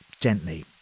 gently